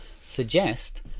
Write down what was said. suggest